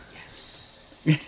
Yes